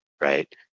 Right